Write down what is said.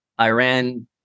Iran